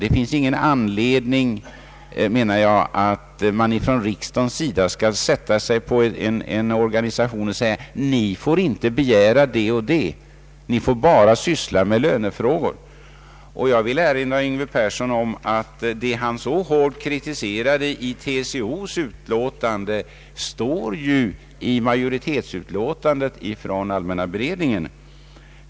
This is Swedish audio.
Det finns ingen anledning, menar jag, att riksdagen skall säga till en organisation: Ni får inte begära det och det! Ni får bara syssla med lönefrågor. Jag vill erinra herr Yngve Persson om att det han så hårt kritiserar i TCO:s utlåtande står i majoritetsutlåtandet från allmänna beredningsutskottet.